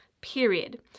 period